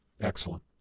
Excellent